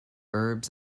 herbs